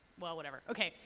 well, whatever. okay,